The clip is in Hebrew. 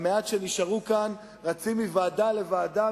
והמעט שנשארו כאן רצים מוועדה לוועדה,